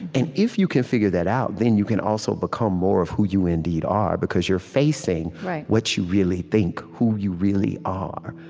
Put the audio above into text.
and if you can figure that out, then you can also become more of who you indeed are, because you're facing what you really think, who you really are.